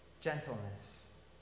gentleness